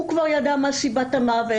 הוא כבר ידע מה סיבת המוות.